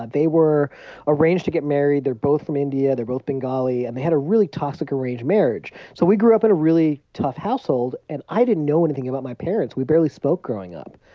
they were arranged to get married. they're both from india. they're both bengali. and they had a really toxic arranged marriage. so we grew up in a really tough household. and i didn't know anything about my parents. we barely spoke growing up.